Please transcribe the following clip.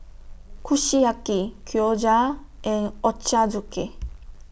Kushiyaki Gyoza and Ochazuke